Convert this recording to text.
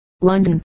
London